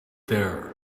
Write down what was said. there